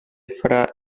fra